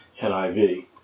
NIV